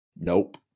nope